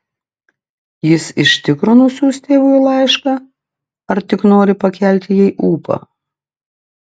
jis iš tikro nusiųs tėvui laišką ar tik nori pakelti jai ūpą